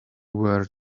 were